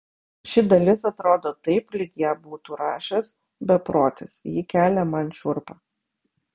ši dalis atrodo taip lyg ją būtų rašęs beprotis ji kelia man šiurpą